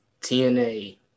TNA